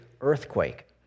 earthquake